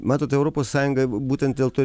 matot europos sąjunga būtent dėl to